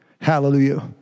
Hallelujah